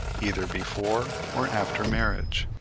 either before or after marriage.